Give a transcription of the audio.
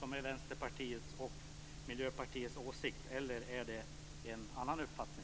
Miljöpartiets åsikt eller är det en annan uppfattning?